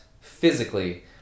physically